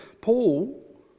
Paul